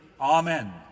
Amen